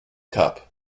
cup